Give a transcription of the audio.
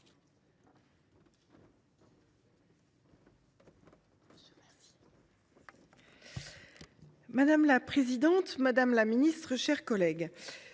Madame la présidente, madame la ministre, mes chers collègues,